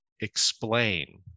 explain